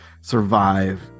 survive